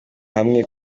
hamwe